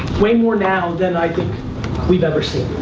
way more now than i think we've ever seen.